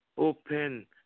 open